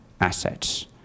assets